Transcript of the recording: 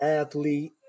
athlete